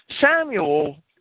Samuel